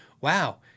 wow